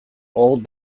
old